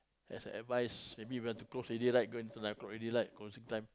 as a advice maybe you want to close already like going to nine o-clock already like closing time